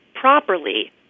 properly